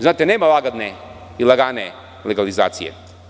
Znate, nema lagodne i lagane legalizacije.